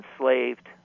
enslaved